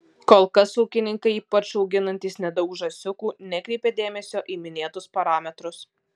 kol kas ūkininkai ypač auginantys nedaug žąsiukų nekreipia dėmesio į minėtus parametrus